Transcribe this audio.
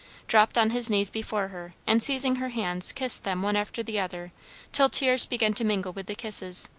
dropped on his knees before her, and seizing her hands kissed them one after the other till tears began to mingle with the kisses.